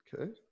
Okay